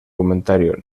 comentario